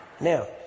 Now